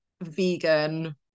vegan